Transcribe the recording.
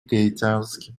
гаитянским